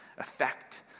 effect